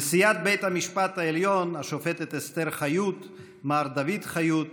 נשיאת בית המשפט העליון השופטת אסתר חיות ומר דוד חיות